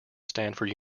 stanford